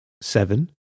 Seven